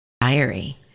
diary